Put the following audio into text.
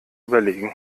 überlegen